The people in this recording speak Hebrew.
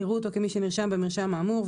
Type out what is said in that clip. יראו אותו כמי שנרשם במרשם האמור,